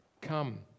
come